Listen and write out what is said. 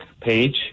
page